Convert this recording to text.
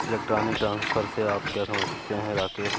Electronic transfer से आप क्या समझते हैं, राकेश?